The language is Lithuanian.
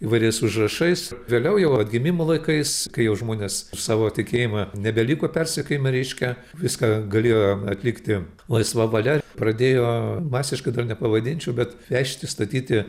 įvairiais užrašais vėliau jau atgimimo laikais kai jau žmonės už savo tikėjimą nebeliko persekiojimi reiškia viską galėjo atlikti laisva valia pradėjo masiškai dar nepavadinčiau bet vežti statyti